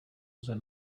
lze